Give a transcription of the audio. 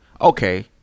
okay